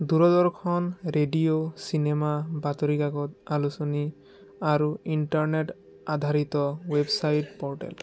দূৰদৰ্শন radio cinema বাতৰি কাকত আলোচনী আৰু ইন্টাৰনেট আধাৰিত ৱেৱছাইট পৰ্টেল